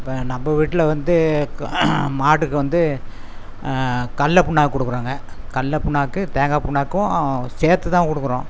இப்போ நம்ம வீட்டில் வந்து மாட்டுக்கு வந்து கடல புண்ணாக்கு கொடுக்குறோங்க கடல புண்ணாக்கு தேங்காய் புண்ணாக்கும் சேர்த்து தான் கொடுக்குறோம்